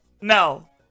No